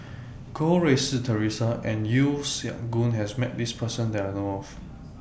Goh Rui Si Theresa and Yeo Siak Goon has Met This Person that I know of